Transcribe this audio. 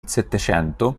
settecento